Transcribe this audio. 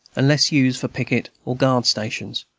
unless used for picket or guard-stations,